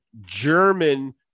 German